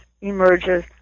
emerges